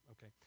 Okay